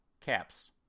caps